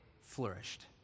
flourished